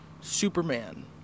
Superman